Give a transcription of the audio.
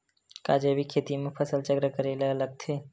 का जैविक खेती म फसल चक्र करे ल लगथे?